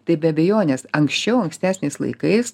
tai be abejonės anksčiau ankstesniais laikais